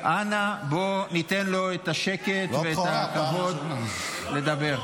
אנא, בואו ניתן לו את השקט לעמוד ולדבר.